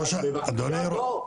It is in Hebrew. אבל בבקשה בוא.